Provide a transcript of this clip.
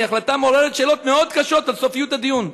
היא החלטה המעוררת שאלות מאוד קשות על סופיות הדיון,